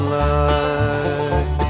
light